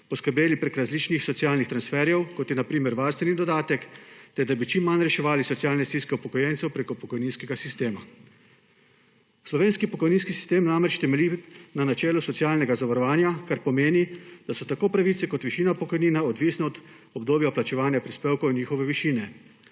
poskrbeli preko različnih socialnih transferjev, kot je na primer varstveni dodatek, ter da bi čim manj reševali socialne stiske upokojencev preko pokojninskega sistema. Slovenski pokojninski sistem namreč temelji na načelu socialnega zavarovanja, kar pomeni, da so tako pravice kot višina pokojnine odvisne od obdobja vplačevanja prispevkov in njihove višine.